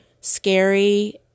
scary